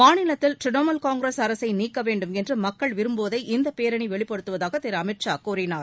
மாநிலத்தில் திரிணாமுல் காங்கிரஸ் அரசை நீக்க வேண்டும் என்று மக்கள் விரும்புவதை இந்த பேரணி வெளிப்படுத்துவதாக திரு அமித்ஷா கூறினார்